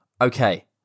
Okay